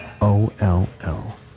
o-l-l